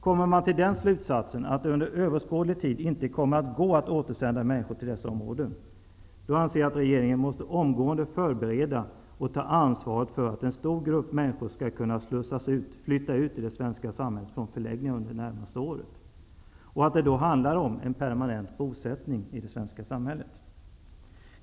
Kommer man till den slutsatsen att det under överskådlig tid inte kommer att gå att återsända människor till dessa områden, anser jag att regeringen måste omgående förbereda och ta ansvaret för att en stor grupp människor skall kunna flytta ut i det svenska samhället från förläggningarna det närmaste året och att det då handlar om en permanent bosättning i det svenska samhället.